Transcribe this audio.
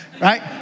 right